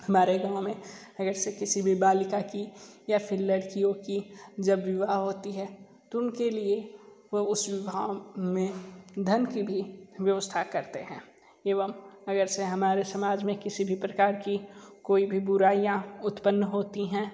हमारे गाँव में अगरचे किसी भी बालिका की या फिर लड़कियों का जब विवाह होता है तो उन के लिए वो उस विवाह में धन की भी व्यवस्था करते है एवं अगरचे हमारे समाज में किसी भी प्रकार की कोई भी बुराइयाँ उत्पन्न होती हैं